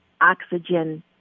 oxygen